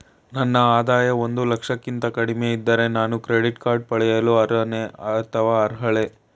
ನನ್ನ ಆದಾಯ ಒಂದು ಲಕ್ಷಕ್ಕಿಂತ ಕಡಿಮೆ ಇದ್ದರೆ ನಾನು ಕ್ರೆಡಿಟ್ ಕಾರ್ಡ್ ಪಡೆಯಲು ಅರ್ಹನೇ ಅಥವಾ ಅರ್ಹಳೆ?